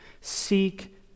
Seek